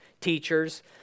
teachers